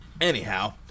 Anyhow